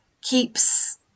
keeps